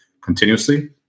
continuously